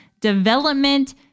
development